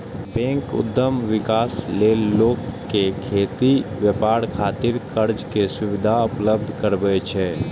bank उद्यम विकास लेल लोक कें खेती, व्यापार खातिर कर्ज के सुविधा उपलब्ध करबै छै